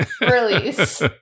release